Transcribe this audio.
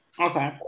Okay